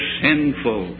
sinful